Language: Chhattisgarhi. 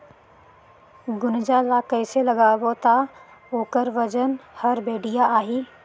गुनजा ला कइसे लगाबो ता ओकर वजन हर बेडिया आही?